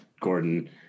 Gordon